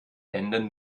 ändern